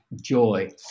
joy